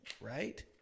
right